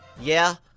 yeah,